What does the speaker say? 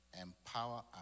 empower